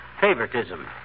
Favoritism